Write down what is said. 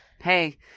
Hey